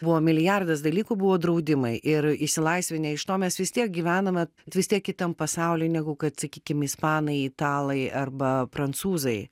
buvo milijardas dalykų buvo draudimai ir išsilaisvinę iš to mes vis tiek gyvename vis tiek kitam pasauly negu kad sakykim ispanai italai arba prancūzai